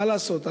מה לעשות,